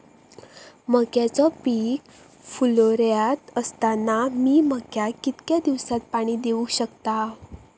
मक्याचो पीक फुलोऱ्यात असताना मी मक्याक कितक्या दिवसात पाणी देऊक शकताव?